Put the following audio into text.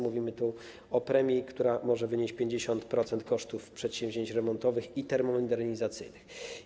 Mówimy tu o premii, która może wynieść 50% kosztów przedsięwzięć remontowych i termomodernizacyjnych.